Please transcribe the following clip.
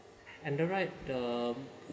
and then right the